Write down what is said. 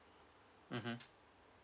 mmhmm